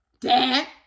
dad